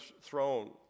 throne